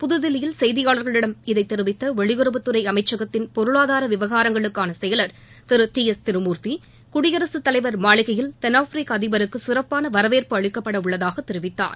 புதுதில்லியில் செய்தியாளர்களிடம் இதை தெரிவித்த பெளியுறவுத்துறை அமைச்சகத்தின் பொருளாதார விவகாரங்களுக்கான செயலர் திரு டி எஸ் திருமூர்த்தி குடியரசு தலைவர் மாளிகையில் தென்னாப்பிரிக்க அதிபருக்கு சிறப்பான வரவேற்பு அளிக்கப்படவுள்ளதாகவும் தெரிவித்தார்